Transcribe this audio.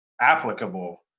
applicable